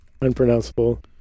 unpronounceable